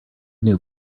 knew